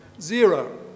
Zero